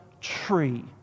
tree